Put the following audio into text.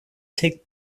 take